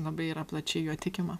labai yra plačiai juo tikima